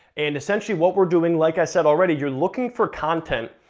and essentially what we're doing, like i said already, you're looking for content,